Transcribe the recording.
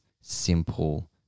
simple